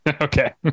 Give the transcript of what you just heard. Okay